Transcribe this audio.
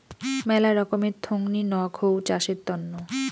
মেলা রকমের থোঙনি নক হউ চাষের তন্ন